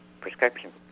prescription